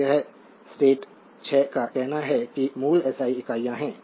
तो यह स्टेट 6 का कहना है कि मूल एसआई इकाइयाँ हैं